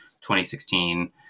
2016